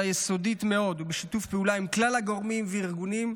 יסודית מאוד ובשיתוף פעולה עם כלל הגורמים והארגונים,